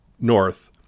north